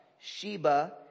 Sheba